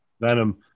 Venom